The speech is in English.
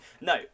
No